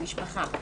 המשפחה.